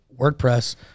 WordPress